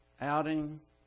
outing